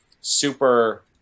super